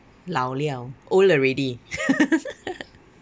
老了 old already